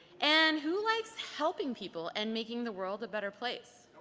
and who likes helping people and making the world a better place?